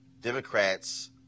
Democrats